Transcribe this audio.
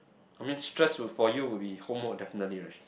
I mean stress for you would be homework definitely right